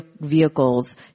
vehicles